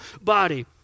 body